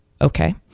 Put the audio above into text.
Okay